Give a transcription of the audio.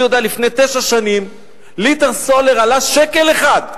אני יודע, לפני תשע שנים ליטר סולר עלה שקל אחד,